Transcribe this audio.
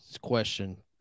question